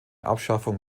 abschaffung